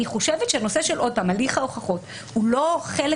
אני חושבת שהנושא של הליך ההוכחות הוא לא חלק